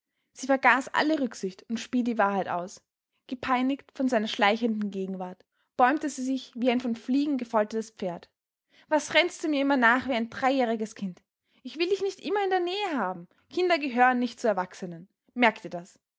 sie vergaß alle rücksicht und spie die wahrheit aus gepeinigt von seiner schleichenden gegenwart bäumte sie sich wie ein von fliegen gefoltertes pferd was rennst du mir immer nach wie ein dreijähriges kind ich will dich nicht immer in der nähe haben kinder gehören nicht zu erwachsenen merk dir das